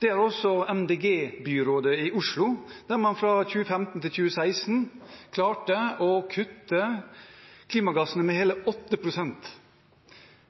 Det har også MDG-byrådet i Oslo, der man fra 2015 til 2016 klarte å kutte klimagassutslippene med hele 8 pst.